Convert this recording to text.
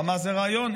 חמאס זה רעיון,